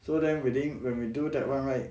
so then within when we do that [one] right